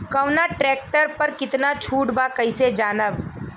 कवना ट्रेक्टर पर कितना छूट बा कैसे जानब?